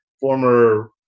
former